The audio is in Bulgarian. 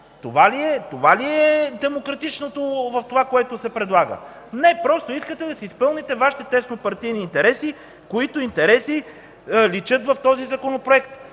Това ли е демократичното в това, което се предлага? Не, просто искате да изпълните Вашите теснопартийни интереси, които личат в този законопроект.